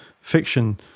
fiction